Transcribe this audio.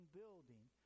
building